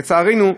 לצערנו,